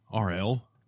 RL